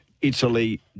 Italy